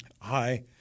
hi